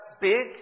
big